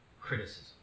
criticism